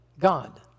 God